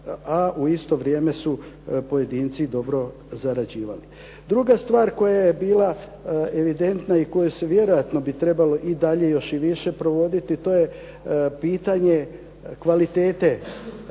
a u isto vrijeme su pojedinci dobro zarađivali. Druga stvar koja je bila evidentna i koju se vjerojatno bi trebalo i dalje još i više provoditi, to je pitanje kvalitete